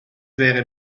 wäre